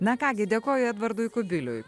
na ką gi dėkoju edvardui kubiliui